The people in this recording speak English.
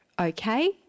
okay